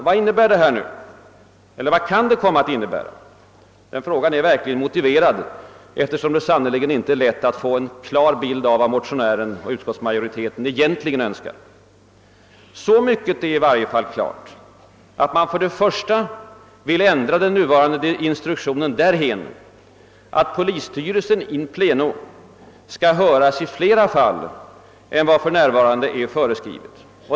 Vad kan detta komma att innebära? Den frågan är verkligen motiverad eftersom det sannerligen inte är lätt att få en klar bild av vad motionären och utskottsmajoriteten egentligen önskar. För det första vill man tydligen ändra den nuvarande instruktionen därhän att polisstyrelsen in pleno skall höras i fler fall än som nu är föreskrivet.